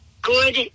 good